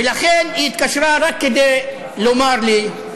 ולכן היא התקשרה רק כדי לומר לי: